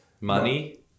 Money